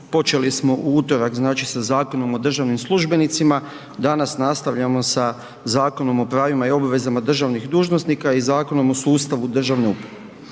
Počeli smo u utorak sa Zakonom o državnim službenicima, danas nastavljamo sa Zakonom o pravima i obvezama državnih dužnosnika i Zakonom o sustavu državne uprave.